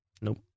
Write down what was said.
Nope